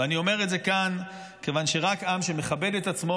ואני אומר את זה כאן כיוון שרק עם שמכבד את עצמו